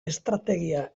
estrategia